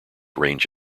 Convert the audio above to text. range